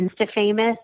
Insta-famous